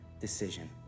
decision